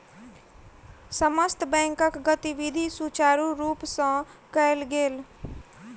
समस्त बैंकक गतिविधि सुचारु रूप सँ कयल गेल